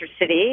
City